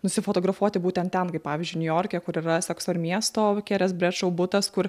nusifotografuoti būtent ten kaip pavyzdžiui niujorke kur yra sekso ir miesto kerės bredšou butas kur